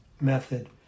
method